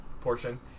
portion